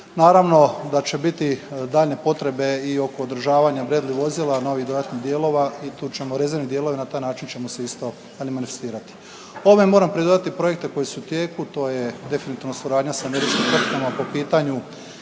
Naravno da će biti daljnje potrebe i oko održavanja Bradley vozila, novih dodatnih dijelova i tu ćemo, rezervne dijelove i na taj način ćemo se isto manifestirati. Ovim moram pridodati projekte koji su u tijeku, to je definitivno suradnja sa američkim tvrtkama po pitanju